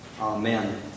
Amen